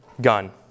gun